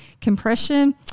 Compression